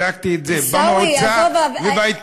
בדקתי את זה במועצה ובהתאחדות.